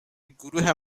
گروه